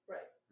Right